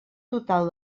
total